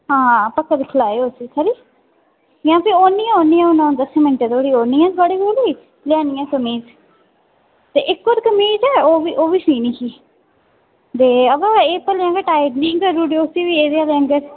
हां पक्का दिक्खी लैओ उसी खरी नेईं जां फ्ही औन्नी आं औन्नी आं हून अ'ऊं दस्सें मेंटें धोड़ी औन्नी आं लेओन्नी हां कमीज ते इक होर कमीज ऐ ओह्बी ओह्बी सीनी ही ते अबा एह् भलेआं गै टाइट निं करी ओडे़ओ इसी बी नुआढ़े आंह्गर